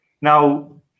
Now